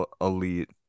elite